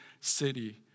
city